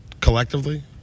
collectively